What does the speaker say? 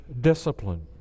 discipline